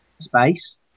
Space